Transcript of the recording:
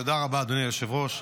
תודה רבה, אדוני היושב-ראש.